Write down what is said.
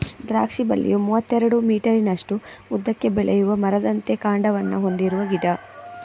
ದ್ರಾಕ್ಷಿ ಬಳ್ಳಿಯು ಮೂವತ್ತೆರಡು ಮೀಟರಿನಷ್ಟು ಉದ್ದಕ್ಕೆ ಬೆಳೆಯುವ ಮರದಂತೆ ಕಾಂಡವನ್ನ ಹೊಂದಿರುವ ಗಿಡ